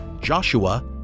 Joshua